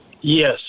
Yes